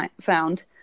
found